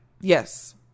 Yes